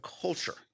culture